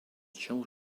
joel